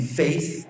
faith